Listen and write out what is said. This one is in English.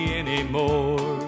anymore